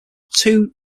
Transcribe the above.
two